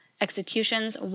Executions